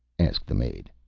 asked the maid.